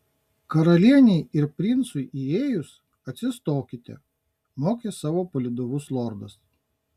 karalienei ir princui įėjus atsistokite mokė savo palydovus lordas